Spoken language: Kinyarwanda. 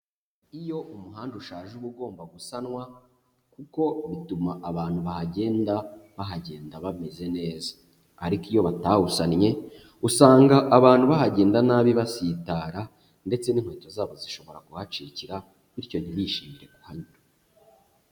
Iyo umuhanda ushaje uba ugomba gusanwa, kuko bituma abantu bahagenda bahagenda bameze neza ariko iyo batawusannye, usanga abantu bahagenda nabi basitara ndetse n'inkweto zabo zishobora kuhacikira bityo ntibishimire kuhanyura.